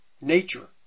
nature